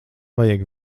vajag